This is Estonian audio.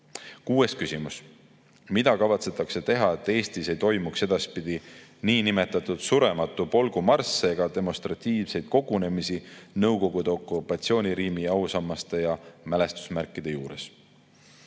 Kuues küsimus: "Mida kavatsetakse teha, et Eestis ei toimuks edaspidi nn. surematu polgu marsse ega demonstratiivseid kogunemisi nõukogude okupatsioonirežiimi ausammaste ja mälestusmärkide juures?"